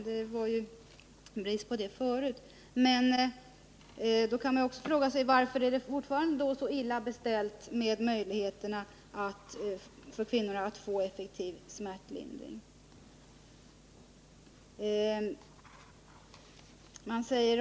Det rådde ju brist tidigare. Då kan man fråga sig: Varför är det fortfarande så illa beställt med möjligheterna för kvinnor att få effektiv smärtlindring?